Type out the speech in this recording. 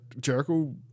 Jericho